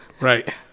Right